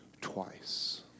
twice